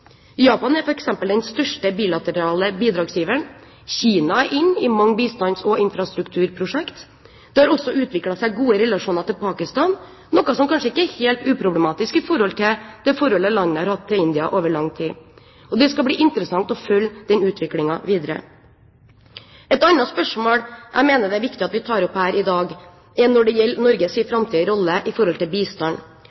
Japan er f.eks. den største bilaterale bidragsgiveren. Kina er inne i mange bistands- og infrastrukturprosjekt. Det har også utviklet seg gode relasjoner til Pakistan, noe som kanskje ikke er helt uproblematisk når det gjelder det forholdet landet har hatt til India over lang tid. Det skal bli interessant å følge den utviklingen videre. Et annet spørsmål jeg mener det er viktig at vi tar opp her i dag, er Norges framtidige rolle når det gjelder